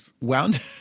wound